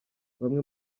bamwe